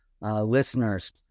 listeners